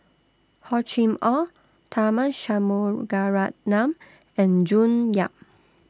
Hor Chim Or Tharman Shanmugaratnam and June Yap